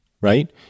right